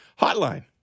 Hotline